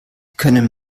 können